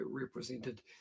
represented